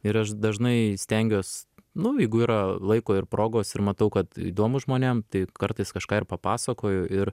ir aš dažnai stengiuos nu jeigu yra laiko ir progos ir matau kad įdomu žmonėm tai kartais kažką ir papasakoju ir